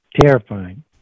terrifying